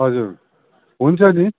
हजुर हुन्छ नि